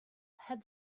had